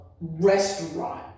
restaurant